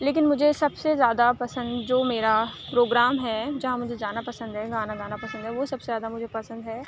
لیکن مجھے سب سے زیادہ پسند جو میرا پروگرام ہے جہاں مجھے جانا پسند ہے گانا گانا پسند ہے وہ سب سے زیادہ مجھے پسند ہے